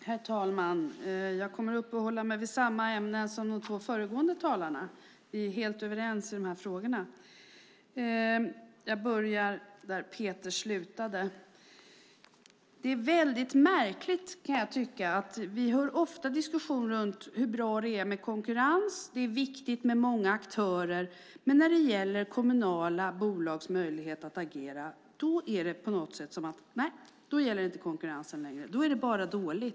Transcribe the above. Herr talman! Jag kommer att uppehålla mig vid samma ämnen som de två föregående talarna. Vi är helt överens i dessa frågor. Jag börjar där Peter Eriksson slutade. Vi hör ofta diskussioner om hur bra det är med konkurrens och att det är viktigt med många aktörer. Men när det gäller kommunala bolags möjlighet att agera gäller inte konkurrensen längre; då är det bara dåligt.